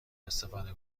استفاده